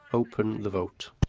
open the vote.